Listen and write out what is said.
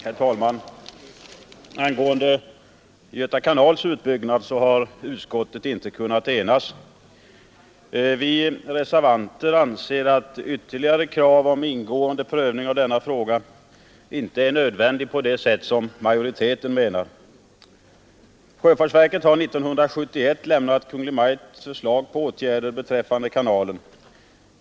Herr talman! Beträffande frågan om Göta kanals utbyggnad har utskottet inte kunnat enas. Vi reservanter anser att en ytterligare prövning av denna fråga på det sätt som majoriteten menar inte är nödvändig. Sjöfartsverket har 1971 lämnat Kungl. Maj:t förslag till åtgärder beträffande kanalen.